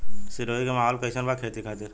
सिरोही के माहौल कईसन बा खेती खातिर?